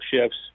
shifts